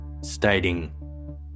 stating